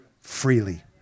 freely